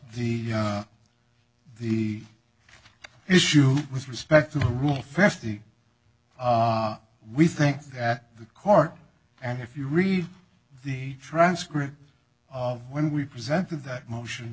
the the the issue with respect to the rule first we think that the court and if you read the transcript of when we presented that motion